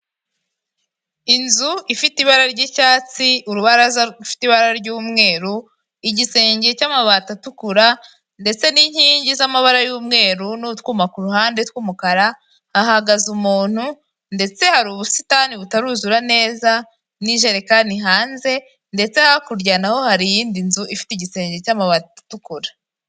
Inzu ifite ibara ry'icyatsi, urubaraza rufite ibara ry'umweru, igisenge cy'amabati atukura, ndetse n'inkingi z'amabara y'umweru, n'utwuma ku ruhande tw'umukara, hahagaze umuntu, ndetse hari ubusitani butaruzura neza n'ijerekani hanze, ndetse hakurya naho hari iyindi nzu ifite igisenge cy'amabati atukura.